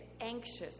anxious